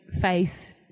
face